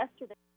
yesterday